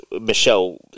Michelle